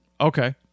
Okay